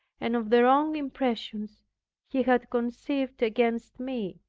and of the wrong impressions he had conceived against me.